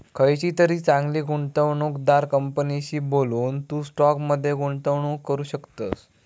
खयचीतरी चांगली गुंवणूकदार कंपनीशी बोलून, तू स्टॉक मध्ये गुंतवणूक करू शकतस